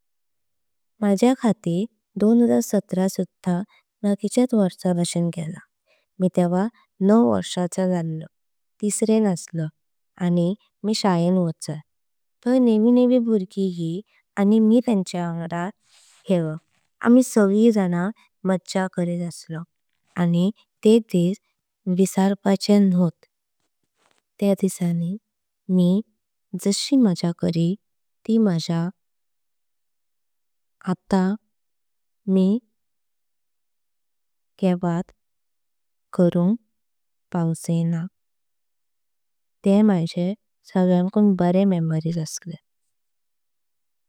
माझ्या खातिर दोन हजार सतरा सुध्दा बाकीच्यात वर्षा भाशिन। गेला मी तेव्हा नौ वर्षांच जलय तयारन असलय आणि मी। शाळें वाचय तय नेवी नेवी बाळगी ये आणि मी तेंच्य वांगडा। खेलय आमी सगळे जना मज्जा करीत असलो आणि ते डिस। मी कएवाच विसारचय ना ते सगळ्यांकुन चेड बरे मेमोरिस असले।